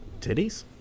Titties